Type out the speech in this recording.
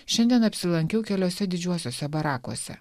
šiandien apsilankiau keliose didžiuosiuose barakuose